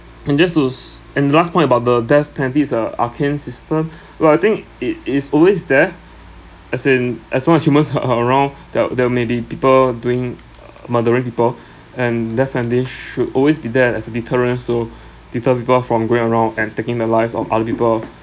and just to and the last point about the death penalty's uh arcane system well I think it is always there as in as long as humans are are around that there may be people doing uh murdering people and death penalty sh~ should always be there as a deterrent to deter people from going around and taking the lives of other people